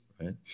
right